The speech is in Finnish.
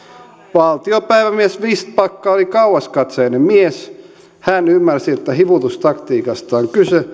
valtiopäivämies vistbacka oli kauaskatseinen mies hän ymmärsi että hivutustaktiikasta on kyse